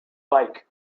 bike